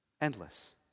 Endless